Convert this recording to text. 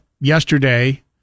yesterday